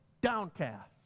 downcast